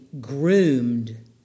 groomed